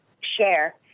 share